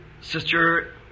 Sister